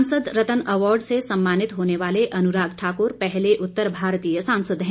सांसद रत्न अवार्ड से सम्मानित होने वाले अनुराग ठाकुर पहले उत्तर भारतीय सांसद हैं